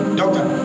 doctor